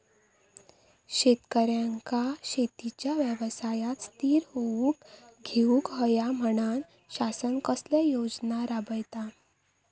शेतकऱ्यांका शेतीच्या व्यवसायात स्थिर होवुक येऊक होया म्हणान शासन कसले योजना राबयता?